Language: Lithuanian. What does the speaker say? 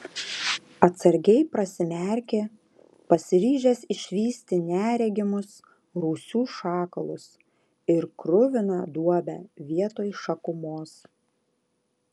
atsargiai prasimerkė pasiryžęs išvysti neregimus rūsių šakalus ir kruviną duobę vietoj šakumos